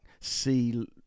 see